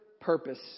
purpose